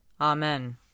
Amen